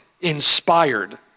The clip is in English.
inspired